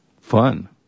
Fun